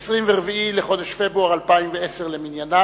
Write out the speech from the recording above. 24 בחודש פברואר 2010 למניינם.